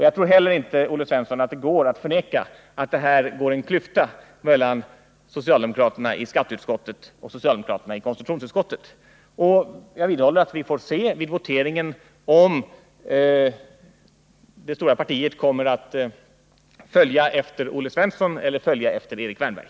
Jag tror inte heller, Olle Svensson, att det går att förneka att det här är en klyfta mellan socialdemokraterna i skatteutskottet och socialdemokraterna i konstitutionsutskottet. Jag vidhåller att vi vid voteringen får se om det stora partiet kommer att följa Olle Svensson eller Erik Wärnberg.